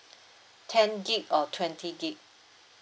ten gig or twenty gig